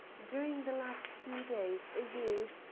during the last few days a youth,